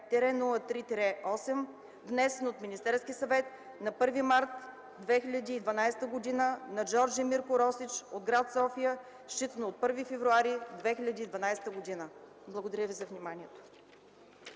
202-03-8, внесен от Министерския съвет на 1 март 2012 г. на Джордже Росич от София, считано от 1 февруари 2012 г.” Благодаря Ви за вниманието.